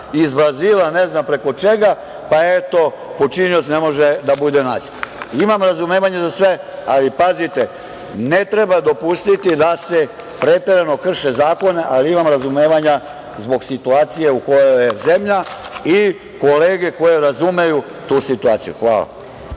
iz Brazila, ne znam preko čega, pa eto, počinioc ne može da bude nađen. Imam razumevanja za sve, ali pazite ne treba dopustiti da se preterano krše zakoni, ali imam razumevanja zbog situacije u kojoj je zemlja i kolege koje razumeju tu situaciju. Hvala.